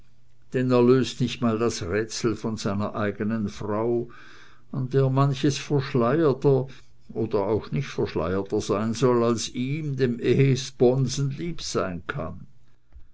denn er löst nicht mal das rätsel von seiner eigenen frau an der manches verschleierter oder auch nicht verschleierter sein soll als ihm dem ehesponsen lieb sein kann